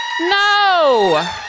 No